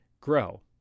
grow